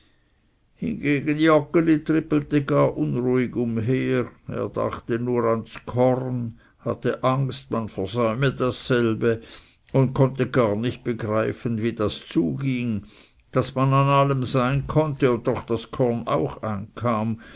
unruhig umher er dachte nur ans korn hatte angst man versäume dasselbe und konnte gar nicht begreifen wie das zuging daß man an allem sein konnte und doch das korn auch einkam